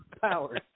power